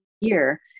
year